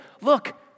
look